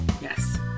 yes